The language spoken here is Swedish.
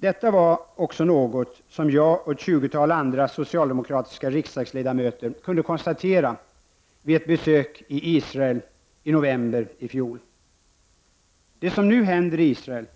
Detta kunde jag och ett tiotal andra socialdemokratiska riksdagsledamöter konstatera vid vårt besök i Israel i november i fjol. Det som nu händer i Israel